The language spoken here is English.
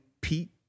Pete